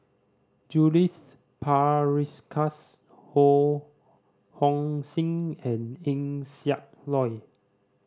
Judith Prakash Ho Hong Sing and Eng Siak Loy